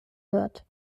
wird